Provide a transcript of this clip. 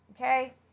okay